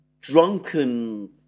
drunken